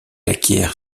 acquiert